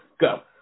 go